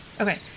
Okay